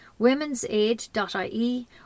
womensaid.ie